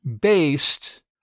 based